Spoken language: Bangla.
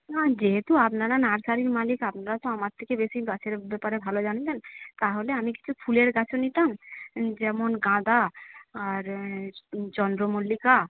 না যেহেতু আপনারা নার্সারির মালিক আপনারা তো আমার থেকে বেশি গাছের ব্যাপারে ভালো জানবেন তাহলে আমি কিছু ফুলের গাছও নিতাম যেমন গাঁদা আর চন্দ্রমল্লিকা